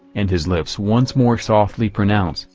and his lips once more softly pronounce,